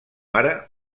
ara